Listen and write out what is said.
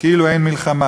כאילו אין מלחמה.